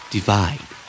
Divide